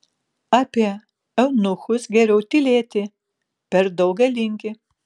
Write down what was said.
apie eunuchus geriau tylėti per daug galingi